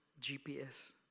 GPS